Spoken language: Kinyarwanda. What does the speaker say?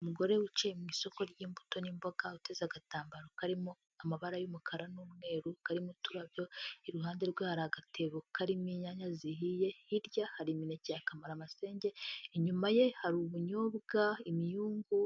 Umugore wicaye mu isoko ry'imbuto n'imboga, uteze agatambaro karimo amabara y'umukara n'umweru, karimo uturabyo iruhande rwe hari agatebo karimo inyanya zihiye, hirya hari imineke ya kamaramasenge, inyuma ye hari ubunyobwa, imyungu,